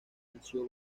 nació